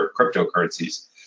cryptocurrencies